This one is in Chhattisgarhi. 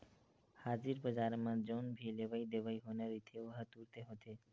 हाजिर बजार म जउन भी लेवई देवई होना रहिथे ओहा तुरते होथे